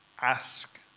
ask